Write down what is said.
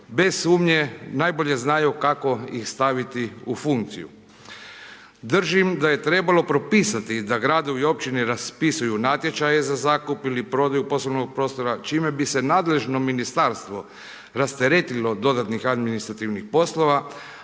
bez sumnje najbolje znaju kako ih staviti u funkciju. Držim da je trebalo propisati da gradovi i općine raspisuju natječaje za zakup ili prodaju poslovnog prostora čime bi se nadležno ministarstvo rasteretilo od dodatnih administrativnih poslova,